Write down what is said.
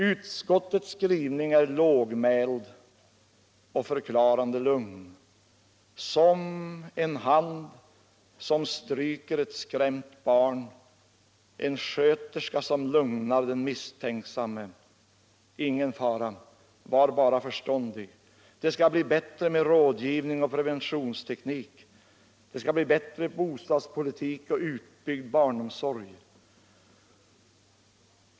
Utskottets skrivning är lågmäld och förklarande lugn, som en hand som stryker ett skrämt barn, en sköterska som lugnar den misstänksamme. Ingen fara — var bara förståndig! Det skall bli bättre med rådgivning och preventivteknik. Det skall bli bättre bostadspolitik och utbyggd barnomsorg.